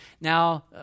Now